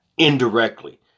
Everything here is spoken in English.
Indirectly